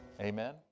Amen